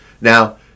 Now